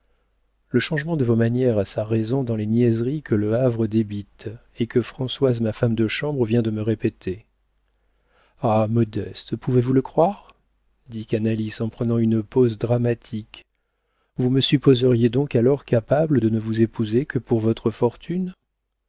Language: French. le changement de vos manières a sa raison dans les niaiseries que le havre débite et que françoise ma femme de chambre vient de me répéter ah modeste pouvez-vous le croire dit canalis en prenant une pose dramatique vous me supposeriez donc alors capable de ne vous épouser que pour votre fortune